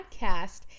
podcast